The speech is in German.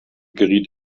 geriet